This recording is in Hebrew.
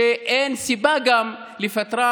שגם אין סיבה לפטרם.